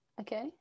okay